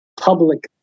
public